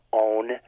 own